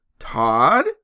Todd